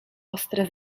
ostre